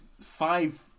five